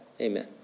Amen